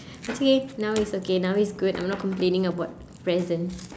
actually now is okay now is good I'm not complaining about present